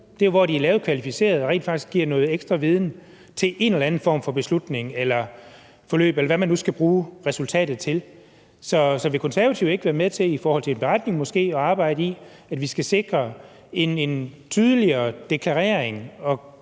gode, er det, når de er lavet kvalificeret og rent faktisk giver noget ekstra viden til en eller anden form for beslutning, eller hvad man nu skal bruge resultatet til. Så vil Konservative ikke være med til måske i beretningen at arbejdet med, at vi skal sikre en tydeligere deklarering